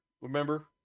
remember